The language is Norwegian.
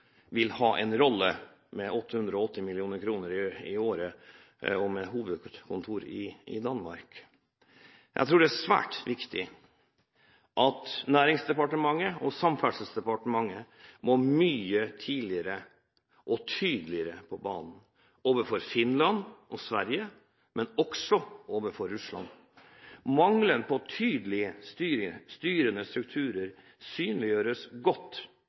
vil ha en slik rolle, med 880 mill. kr i året og hovedkontor i Danmark. Jeg tror det er svært viktig at Næringsdepartementet og Samferdselsdepartementet kommer mye tidligere og tydeligere på banen overfor Finland og Sverige og ikke minst overfor Russland. Mangelen på tydelige, styrende strukturer synliggjøres godt